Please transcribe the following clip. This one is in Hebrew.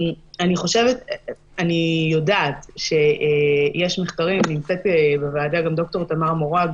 אני יודעת שיש מחקרים נמצאת בוועדה גם ד"ר תמר מורג,